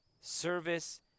service